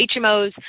HMOs